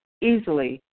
easily